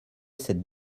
cette